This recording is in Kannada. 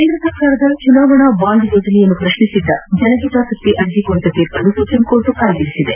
ಕೇಂದ್ರ ಸರ್ಕಾರದ ಚುನಾವಣಾ ಬಾಂಡ್ ಯೋಜನೆಯನ್ನು ಪ್ರತ್ನಿಸಿದ್ದ ಜನಹಿತಾಸಕ್ತಿ ಅರ್ಜೆಯ ಕುರಿತ ತೀರ್ಮನ್ನು ಸುಪ್ರೀಂಕೋರ್ಟ್ ಕಾಯ್ದಿರಿಸಿದೆ